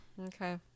okay